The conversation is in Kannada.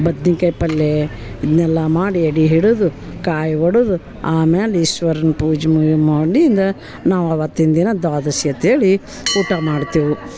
ಬದ್ನೆಕಾಯ್ ಪಲ್ಯ ಇದನ್ನೆಲ್ಲ ಮಾಡಿ ಎಡೆ ಹಿಡಿದು ಕಾಯಿ ಒಡೆದು ಆಮ್ಯಾಲೆ ಈಶ್ವರನ ಪೂಜೆ ಮಾಡಿದ ನಾವು ಆವತ್ತಿನ ದಿನ ದ್ವಾದಶಿ ಅಂತ್ಹೇಳಿ ಊಟ ಮಾಡ್ತೇವೆ